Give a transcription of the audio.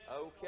Okay